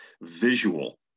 visual